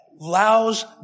allows